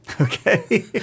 Okay